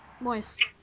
Moist